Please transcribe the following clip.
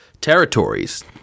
territories